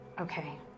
Okay